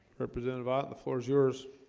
represent about the floors yours